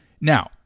Now